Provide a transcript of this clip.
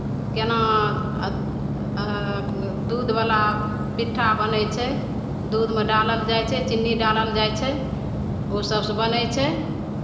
केना दूधवला पिट्ठा बनै छै दूधमे डालल जाइ छै चीनी डालल जाइ छै ओसभसँ बनै छै